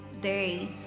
day